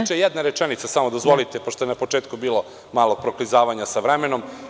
Još samo jedna rečenica, dozvolite mi, pošto je na početku bilo malo proklizavanja sa vremenom.